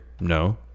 No